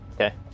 okay